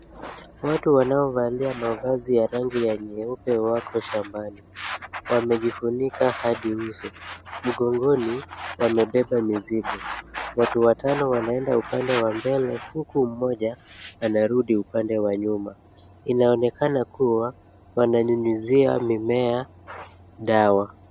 Watu wanaovalia mavazi ya rangi ya nyeupe wako shambani. Wamejifunika hadi uso. Mgongoni wamebeba mizigo .Watu watano wanaenda upande wa mbele huku mmoja anarudi upande wa nyuma. Inaonekana kuwa wananyunyuzia mimea dawa.